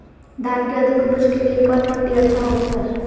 धान के अधिक उपज के लिऐ कौन मट्टी अच्छा होबो है?